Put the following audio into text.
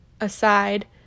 aside